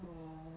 oh